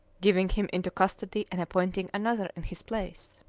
giving him into custody and appointing another in his place.